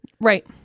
Right